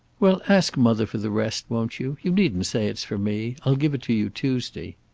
well, ask mother for the rest, won't you? you needn't say it's for me. i'll give it to you tuesday.